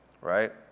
Right